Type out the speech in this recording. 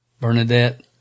Bernadette